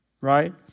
right